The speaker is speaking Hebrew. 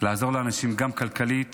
לעזור לאנשים, גם כלכלית